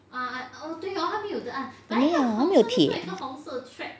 没有它没有铁